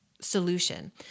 solution